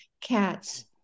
cats